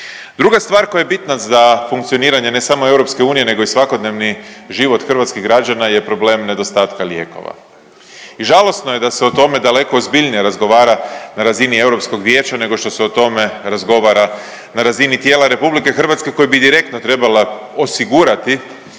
Druga stvar koja je bitna za funkcioniranje ne samo EU, nego i svakodnevni život hrvatskih građana je problem nedostatka lijekova. I žalosno je da se o tome daleko ozbiljnije razgovara na razini Europskog vijeća nego što se o tome razgovara na razini tijela Republike Hrvatske koja bi direktno trebala osigurati